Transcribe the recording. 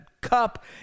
cup